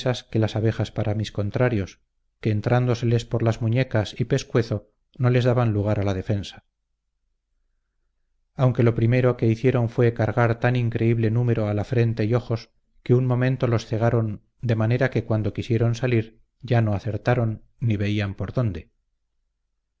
que las abejas para mis contrarios que entrándoseles por las muñecas y pescuezo no les daban lugar a la defensa aunque lo primero que hicieron fue cargar tan increíble número a la frente y ojos que un momento los cegaron de manera que cuando quisieron salir ya no acertaron ni veían por dónde